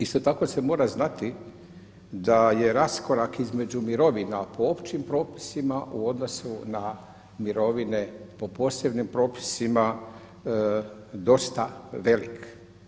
Isto tako se mora znati da je raskorak između mirovina po općim propisima u odnosu na mirovine po posebnim propisima dosta velik.